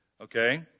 Okay